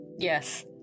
Yes